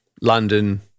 London